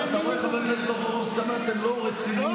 תראה,